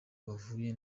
bavuye